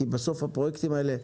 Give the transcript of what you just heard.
כי בסוף הפרויקטים האלה,